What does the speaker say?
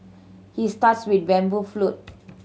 he starts with the bamboo flute